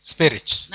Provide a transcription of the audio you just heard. Spirits